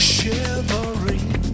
Shivering